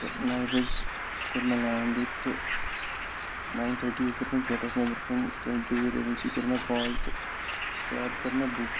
تہٕ نَیہِ بَجہِ کوٚر مےٚ لینٛڈ ییٚتہِ تہٕ نایِن تھٔٹی یُک کوٚر مےٚ گیٹَس نٮ۪برٕ کَنۍ تُہٕنٛدۍ ٹوٗر ایٚجنسی کوٚر مےٚ کال تہٕ کیب کٔر مےٚ بُک